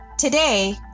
Today